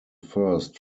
first